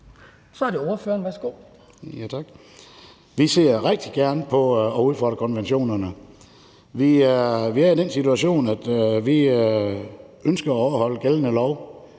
Petersen (DD): Tak. Vi ser rigtig gerne på at udfordre konventionerne. Vi er i den situation, at vi ønsker at overholde gældende lov,